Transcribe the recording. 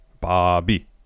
Bobby